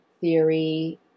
theory